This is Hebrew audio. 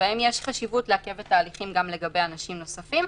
שבהן יש חשיבות לעכב את ההליכים גם לגבי אנשים נוספים,